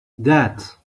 that